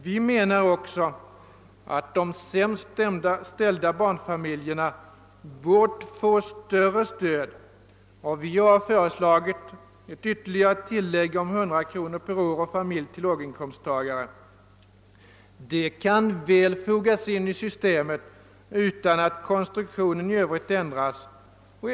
Vi menar också att de sämst ställda barnfamiljerna bort få större stöd, och vi har föreslagit ett ytterligare tillägg om 100 kronor per år och familj till låginkomsttagare. Detta kan väl fogas in i systemet utan att konstruktionen i Öövrigt ändras.